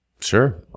Sure